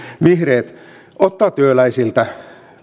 vihreät ottaa työläisiltä